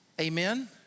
Amen